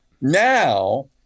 Now